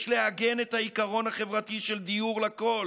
יש לעגן את העיקרון החברתי של דיור לכול